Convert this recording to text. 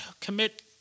commit